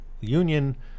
union